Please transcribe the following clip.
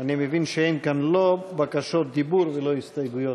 אני מבין שאין כאן לא בקשות דיבור ולא הסתייגויות,